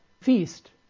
feast